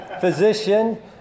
physician